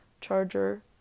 charger